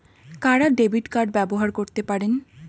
কারা debit card ব্যবহার করতে পারেন?